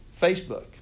Facebook